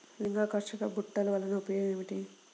లింగాకర్షక బుట్టలు వలన ఉపయోగం ఏమిటి?